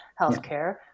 healthcare